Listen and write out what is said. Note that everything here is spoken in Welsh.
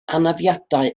anafiadau